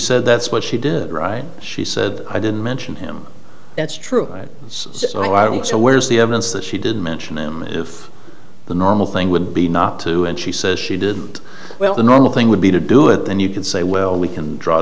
said that's what she did right she said i didn't mention him that's true so why are we so where's the evidence that she didn't mention him if the normal thing would be not to and she says she didn't well the normal thing would be to do it then you can say well we can draw